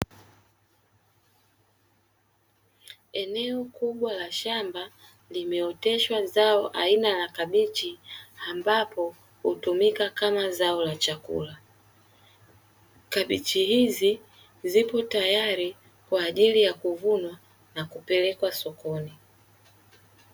Eneo kubwa la shamba limeoteshwa zao aina ya kabichi ambapo hutumika kama zao la chakula. Kabichi hizi zipo tayari kwa ajili ya kuvunwa na kupelekwa sokoni.